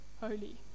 holy